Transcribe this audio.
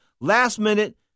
Last-minute